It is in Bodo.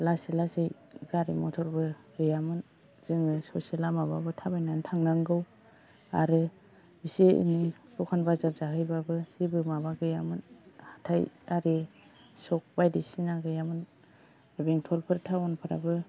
लासै लासै गारि मटरबो गैयामोन जोङो ससे लामाबाबो थाबायनानै थांनांगौ आरो एसे एनै दखान बाजार जाहैबाबो जेबो माबा गैयामोन हाथाय आरि सक बायदिसिना गैयामोन बेंटलफोर टाउनफ्राबो